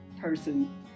person